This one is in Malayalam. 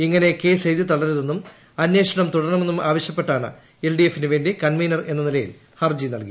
ഇങ്ങനെ കേസ് ഏഴുതി തള്ളരുതെന്നും അന്വേഷണം തുടരണമെന്നും ആവശ്രൂപ്പെട്ടാണ് എൽഡിഎഫിനു വേണ്ടി കൺവീനർ എന്ന നില്യ്ക്ൽ ഹർജി നൽകിയത്